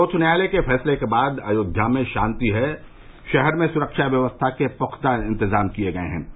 सर्वोच्च न्यायालय के फैसले के बाद अयोध्या में शांति है शहर में सुरक्षा व्यवस्था के पुख्ता इंतजाम किए गये हैं